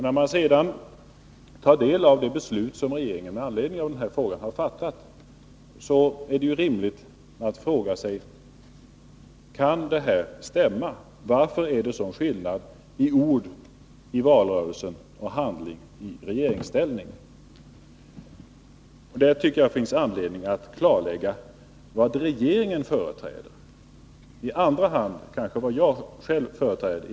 När man sedan tar del av de beslut som regeringen har fattat i denna fråga är det rimligt att fråga sig: Kan detta stämma? Varför är det sådan skillnad mellan ord i valrörelsen och handling i regeringsställning? Därför tycker jag att det finns anledning att klargöra vilken linje regeringen företräder. Vad jag företräder i dessa frågor kommer i andra hand.